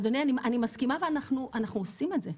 אדוני, אני מסכימה ואנחנו עושים את זה.